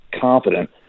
confident